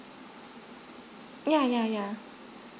yeah yeah yeah